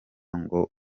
ngo